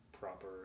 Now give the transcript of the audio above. proper